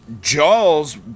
Jaws